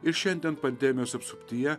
ir šiandien pandemijos apsuptyje